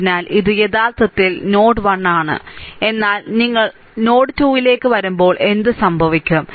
അതിനാൽ ഇത് യഥാർത്ഥത്തിൽ നോഡ് 1 ആണ് എന്നാൽ നിങ്ങൾ നോഡ് 2 നോഡ് 2 ലേക്ക് വരുമ്പോൾ എന്ത് സംഭവിക്കും